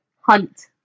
Hunt